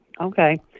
Okay